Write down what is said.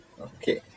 Okay